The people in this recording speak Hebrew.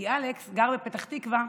כי אלכס גר בפתח תקווה,